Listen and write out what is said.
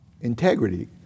integrity